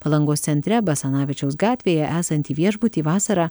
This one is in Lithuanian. palangos centre basanavičiaus gatvėje esantį viešbutį vasarą